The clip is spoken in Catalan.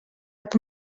app